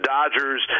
Dodgers